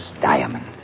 diamond